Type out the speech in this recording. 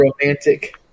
romantic